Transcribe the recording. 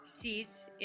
seeds